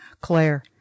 Claire